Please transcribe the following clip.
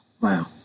Wow